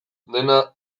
dena